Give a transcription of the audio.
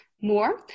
more